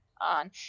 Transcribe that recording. on